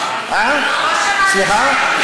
סליחה?